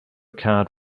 card